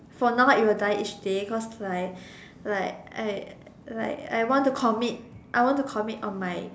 for now it will die each day cause like like I like I want to commit I want to commit on my